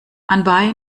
anbei